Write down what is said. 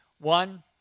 One